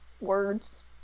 words